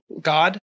God